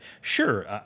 sure